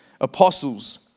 apostles